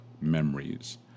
memories